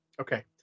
Okay